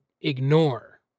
ignore